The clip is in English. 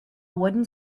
wooden